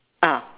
ah